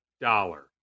dollar